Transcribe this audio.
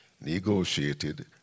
negotiated